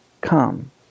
come